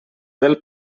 del